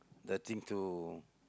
the thing to